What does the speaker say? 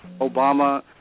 Obama